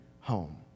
home